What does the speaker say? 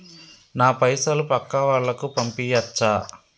నా పైసలు పక్కా వాళ్ళకు పంపియాచ్చా?